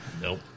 Nope